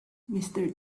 mister